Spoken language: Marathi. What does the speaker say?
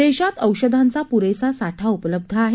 देशात औषधांचा प्रेसा साठा उपलब्ध आहे